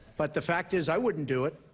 but the fact is i wouldn't do it.